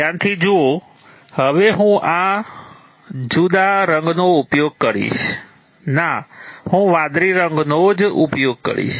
ધ્યાનથી જુઓ હવે હું જુદા જ રંગનો ઉપયોગ કરીશ ના હું વાદળી રંગનો જ ઉપયોગ કરીશ